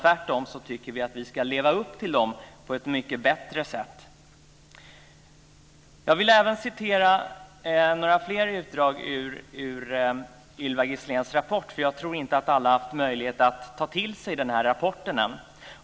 Tvärtom tycker vi att vi ska leva upp till dem på ett mycket bättre sätt. Jag vill citera några ytterligare rader ur Ylva Gisléns rapport, för jag tror inte att alla har haft möjlighet att ta till sig den rapporten.